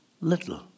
little